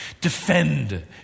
Defend